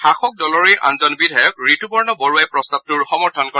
শাসক দলৰেই আনজন বিধায়ক ঋতুপৰ্ণ বৰুৱাই প্ৰস্তাৱটোৰ সমৰ্থন কৰে